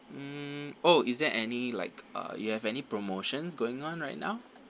mm oh is there any like uh you have any promotions going on right now